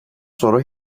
sonra